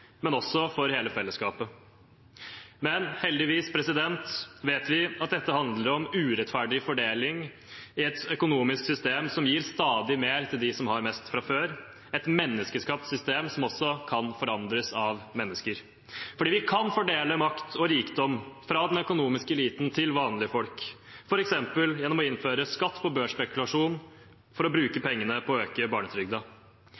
men også for hele fellesskapet. Men heldigvis vet vi at dette handler om urettferdig fordeling i et økonomisk system som gir stadig mer til dem som har mest fra før, et menneskeskapt system som også kan forandres av mennesker. For vi kan fordele makt og rikdom fra den økonomiske eliten til vanlige folk, f.eks. gjennom å innføre skatt på børsspekulasjon – for å bruke